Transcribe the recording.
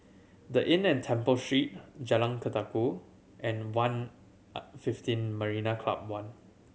The Inn at Temple Street Jalan Ketuka and fifteen Marina Club One